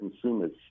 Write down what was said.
consumers